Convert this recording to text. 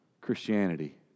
Christianity